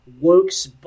works